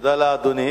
תודה לאדוני.